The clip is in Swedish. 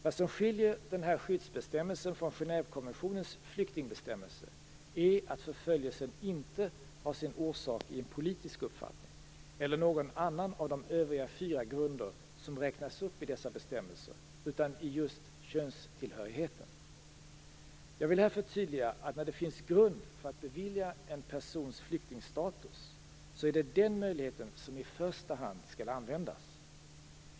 Vad som skiljer den här skyddsbestämmelsen från Genèvekonventionens flyktingsbestämmelser är att förföljelsen inte har sin orsak i en politisk uppfattning eller i någon annan av de övriga fyra grunder som räknas upp i dessa bestämmelser, utan i just könstillhörigheten. Jag vill här förtydliga att när det finns grund för att bevilja en person flyktingstatus så är det den möjligheten som i första hand skall användas.